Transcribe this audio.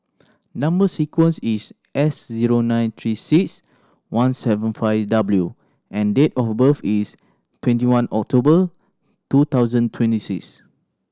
number sequence is S zero nine Three Six One seven five W and date of birth is twenty one October two thousand twenty six